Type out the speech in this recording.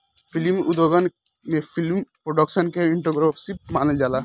film उद्योगन में film production के एंटरप्रेन्योरशिप मानल जाला